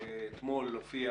אתמול הופיע